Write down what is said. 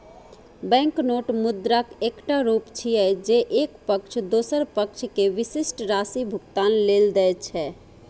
banknote मुद्राक एकटा रूप छियै, जे एक पक्ष दोसर पक्ष कें विशिष्ट राशि भुगतान लेल दै छै